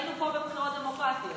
ראינו פה בבחירות דמוקרטיות,